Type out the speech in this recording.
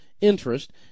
interest